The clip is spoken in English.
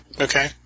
Okay